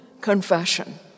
confession